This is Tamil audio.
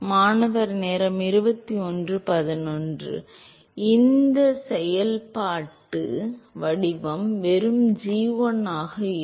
மாணவர் ஐயா எப்படி இந்த செயல்பாட்டு வடிவம் வெறும் g1 ஆக இருக்கும்